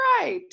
right